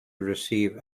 receive